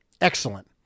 Excellent